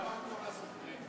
למה הוא טוב לסופרים?